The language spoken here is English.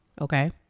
Okay